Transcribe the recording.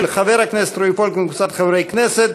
של חבר הכנסת רועי פולקמן וקבוצת חברי כנסת: